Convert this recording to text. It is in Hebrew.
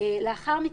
לאחר מכן,